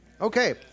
Okay